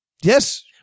Yes